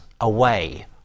away